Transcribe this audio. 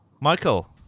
Michael